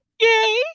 Yay